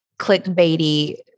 clickbaity